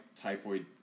Typhoid